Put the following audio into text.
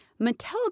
Mattel